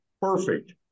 perfect